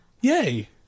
yay